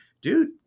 dude